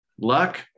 luck